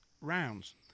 rounds